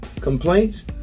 complaints